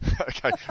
Okay